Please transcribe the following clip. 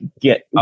get